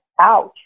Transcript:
ouch